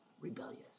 rebellious